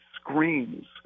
screens